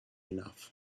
enough